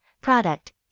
product